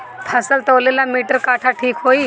फसल तौले ला मिटर काटा ठिक होही?